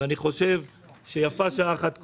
ואני חושב שיפה שעה אחת קודם.